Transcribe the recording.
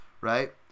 right